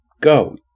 Go